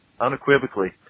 unequivocally